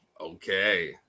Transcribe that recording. Okay